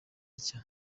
atya